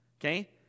Okay